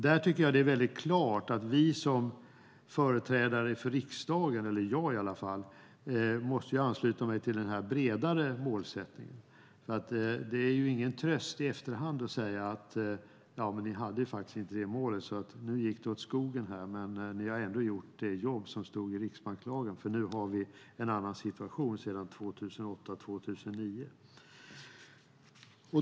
Det är klart att jag som företrädare för riksdagen måste ansluta mig till det bredare målet. Det är ingen tröst att i efterhand säga att Riksbanken inte hade målet; nu gick det åt skogen, men Riksbanken har ändå gjort sitt jobb enligt riksbankslagen. Nu är det en annan situation än den 2008-2009.